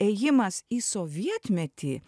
ėjimas į sovietmetį